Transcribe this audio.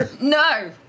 No